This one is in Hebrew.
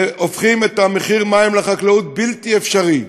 והופכים את מחיר המים לחקלאות לבלתי אפשרי,